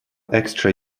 extra